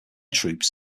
troops